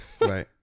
right